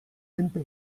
menpe